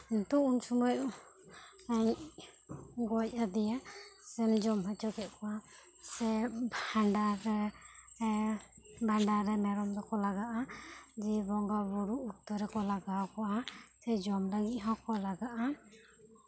ᱱᱤᱛᱚᱜ ᱩᱱ ᱥᱚᱢᱚᱭ ᱜᱚᱡ ᱟᱫᱮᱭᱟ ᱥᱮᱢ ᱡᱚᱢ ᱚᱪᱚ ᱠᱮᱫ ᱠᱚᱣᱟ ᱥᱮ ᱵᱷᱟᱱᱰᱟ ᱨᱮ ᱵᱷᱟᱰᱟᱱ ᱢᱮᱨᱚᱢ ᱠᱚ ᱞᱟᱜᱟᱜ ᱟ ᱵᱚᱸᱜᱟ ᱵᱳᱨᱳ ᱨᱮ ᱠᱚ ᱞᱟᱜᱟᱜᱼᱟ ᱥᱮ ᱡᱚᱢ ᱨᱮ ᱦᱚᱸ ᱠᱚ ᱞᱟᱜᱟᱜᱼᱟ